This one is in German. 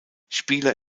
spieler